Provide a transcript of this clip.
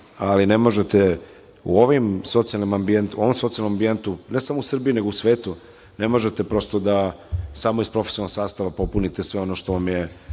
ali ne možete u ovom socijalnom ambijentu, ne samo u Srbiji, nego u svetu, ne možete da prosto samo iz profesionalnog sastava popunite sve ono što vam je